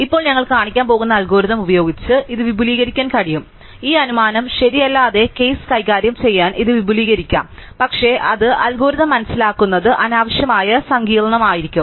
ഇപ്പോൾ ഞങ്ങൾ കാണിക്കാൻ പോകുന്ന അൽഗോരിതം ഉപയോഗിച്ച് ഇത് വിപുലീകരിക്കാൻ കഴിയും ഈ അനുമാനം ശരിയല്ലാത്ത കേസ് കൈകാര്യം ചെയ്യാൻ ഇത് വിപുലീകരിക്കാം പക്ഷേ അത് അൽഗോരിതം മനസ്സിലാക്കുന്നത് അനാവശ്യമായി സങ്കീർണ്ണമാക്കും